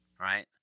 right